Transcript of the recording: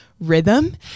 rhythm